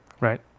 right